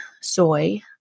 soy